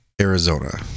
Arizona